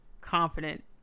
confident